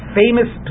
famous